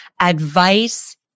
advice